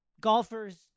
golfers